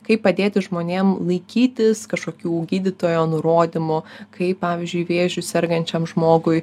kaip padėti žmonėm laikytis kažkokių gydytojo nurodymų kaip pavyzdžiui vėžiu sergančiam žmogui